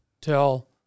tell